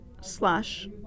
slash